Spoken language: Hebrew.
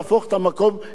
לשמחתי הרבה,